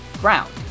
ground